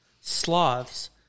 sloths